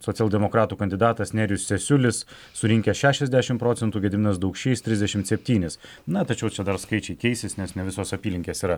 socialdemokratų kandidatas nerijus cesiulis surinkęs šešiasdešimt procentų gediminas daukšys trisdešimt septynis na tačiau čia dar skaičiai keisis nes ne visos apylinkės yra